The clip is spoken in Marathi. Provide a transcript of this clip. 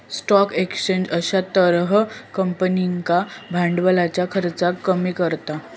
स्टॉक एक्सचेंज अश्या तर्हेन कंपनींका भांडवलाच्या खर्चाक कमी करता